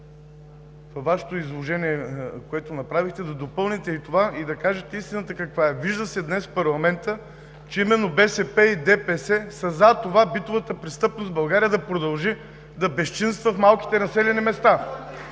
Вашето изложение, което направихте, да допълните с ей това и да кажете истината каква е. Вижда се днес в парламента, че именно БСП и ДПС са за това битовата престъпност в България да продължи да безчинства в малките населени места.